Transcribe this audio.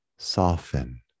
Soften